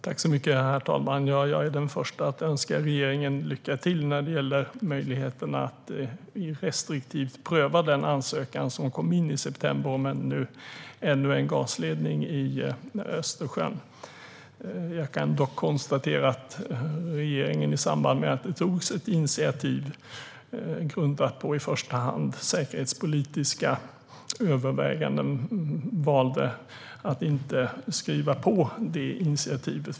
Herr talman! Jag är den första att önska regeringen lycka till när det gäller möjligheterna att restriktivt pröva den ansökan som kom in i september om ännu en gasledning i Östersjön. Jag kan dock konstatera att regeringen i samband med att det togs ett initiativ grundat på i första hand säkerhetspolitiska överväganden för en tid sedan valde att inte skriva på detta initiativ.